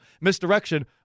misdirection